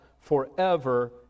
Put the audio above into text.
forever